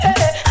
hey